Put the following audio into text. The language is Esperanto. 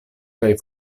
kaj